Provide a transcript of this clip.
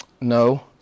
No